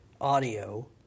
audio